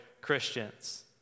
Christians